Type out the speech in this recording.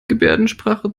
gebärdensprache